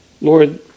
Lord